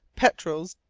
petrels,